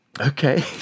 Okay